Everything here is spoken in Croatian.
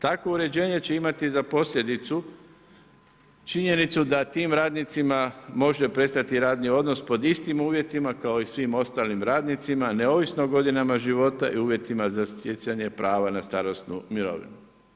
Takvo uređenje će imati za posljedicu činjenicu da tim radnicima može prestati radni odnos pod istim uvjetima kao i svim ostalim radnicima neovisno o godinama života i uvjetima za stjecanje prava na starosnu mirovinu.